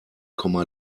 komma